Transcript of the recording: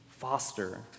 foster